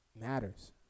matters